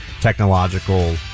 technological